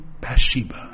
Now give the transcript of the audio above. Bathsheba